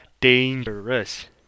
dangerous